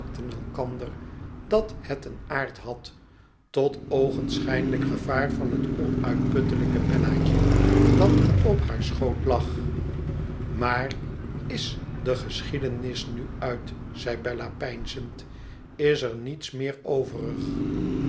elkander dat het een aard had tot oogenschijnlijk gevaar van het onuitputtelijke bellaatje dat op haar schoot lag tmaar is de geschiedenis nu uit zei bella peinzend iser niets meer overig